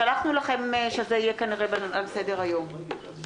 שלחנו לכם שזה יהיה כנראה על סדר-היום ערב החג.